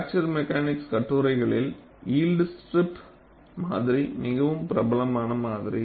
fracture mechanics கட்டுரைகளில் yield strip மாதிரி மிகவும் பிரபலமான மாதிரி